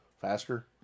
faster